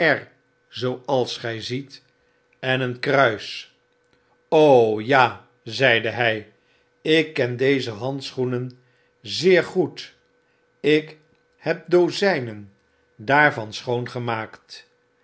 zooals gy ziet en een kruis ja zeide hij ik ken deze handschoenen zeer goed ik heb dozijnen daarvan schoongemaakt